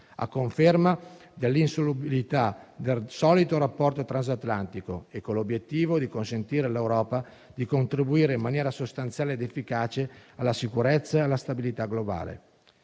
a conferma dell'insolubilità del solido rapporto transatlantico e con l'obiettivo di consentire all'Europa di contribuire in maniera sostanziale ed efficace alla sicurezza e alla stabilità globale.